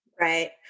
right